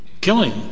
killing